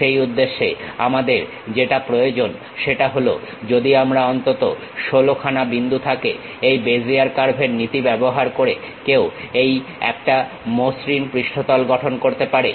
সেই উদ্দেশ্যে আমাদের যেটা প্রয়োজন সেটা হলো যদি আমাদের অন্তত 16 খানা বিন্দু থাকে এই বেজিয়ার কার্ভের নীতি ব্যবহার করে কেউ এই একটা মসৃণ পৃষ্ঠতল গঠন করতে পারে